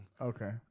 Okay